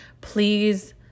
Please